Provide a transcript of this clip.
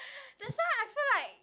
that's why I feel like